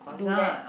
do that